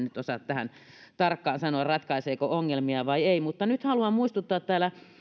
nyt osaa tähän tarkkaan sanoa ratkaiseeko se ongelmia vai ei nyt haluan muistuttaa täällä